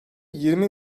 yirmi